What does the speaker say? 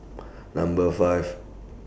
Number five